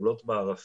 הוא לוט בערפל.